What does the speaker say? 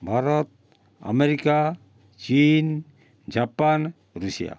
Bharat America ଚୀନ୍ Japan Russia